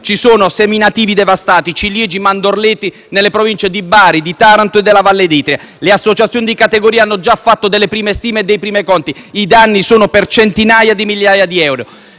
ci sono seminativi, ciliegi e mandorleti devastati nelle province di Bari, di Taranto e della Valle d'Itria. Le associazioni di categoria hanno già fatto delle prime stime e dei primi conti: i danni ammontano a centinaia di migliaia di euro.